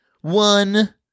one